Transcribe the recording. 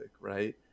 right